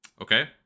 Okay